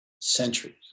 centuries